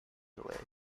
away